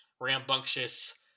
rambunctious